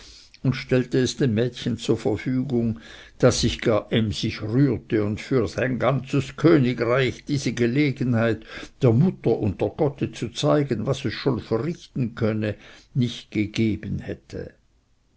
und stellte es dem mädchen zur verfügung das sich gar emsig rührte und für ein ganzes königreich diese gelegenheit der mutter und der gotte zu zeigen was es schon verrichten könne nicht gegeben hätte